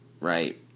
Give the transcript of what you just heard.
right